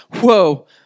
whoa